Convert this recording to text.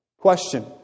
Question